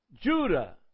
Judah